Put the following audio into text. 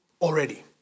already